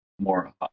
more